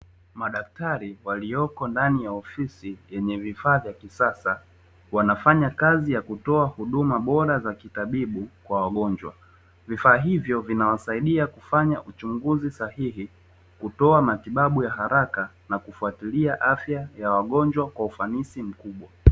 Madaktari walioko ndani ya ofisi yenye vifaa vya kisasa wanafanya kazi ya kutoa huduma bora za kitabibu kwa wagonjwa. Vifaa hivyo vinawasaidia kufanya uchunguzi sahihi, kutoa matibabu ya haraka na kufatia afya ya wagonjwa kwa ufanisi mkubwa.